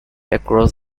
across